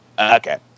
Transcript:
Okay